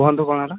କୁହନ୍ତୁ କ'ଣ ହେଲା